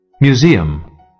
Museum